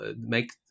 make